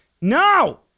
No